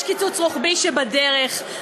יש קיצוץ רוחבי שבדרך.